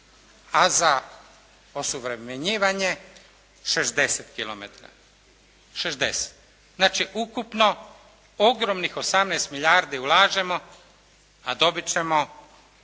a za osuvremenjivanje 60 kilometara. Znači ukupno ogromnih 18 milijardi ulažemo, a dobiti ćemo